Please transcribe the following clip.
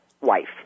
wife